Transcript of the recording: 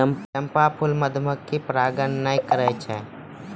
चंपा फूल मधुमक्खी परागण नै करै छै